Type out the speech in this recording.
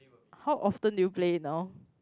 how often do you play now